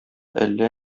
әллә